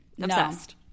Obsessed